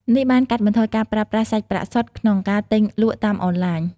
នេះបានកាត់បន្ថយការប្រើប្រាស់សាច់ប្រាក់សុទ្ធក្នុងការទិញលក់តាមអនឡាញ។